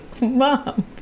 mom